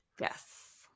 Yes